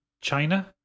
China